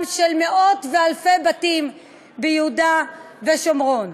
של מאות ואלפי בתים ביהודה ושומרון.